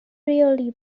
really